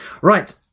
Right